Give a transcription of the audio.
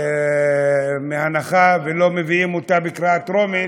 בפטור מהנחה ולא מביאים אותה בקריאה טרומית,